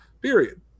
period